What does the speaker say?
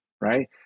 right